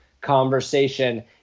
conversation